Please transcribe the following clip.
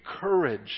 courage